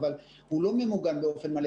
אבל הוא לא ממוגן באופן מלא.